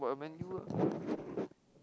about Man-U lah